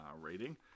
rating